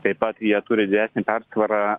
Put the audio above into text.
taip pat jie turi didesnį persvarą